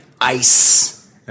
ice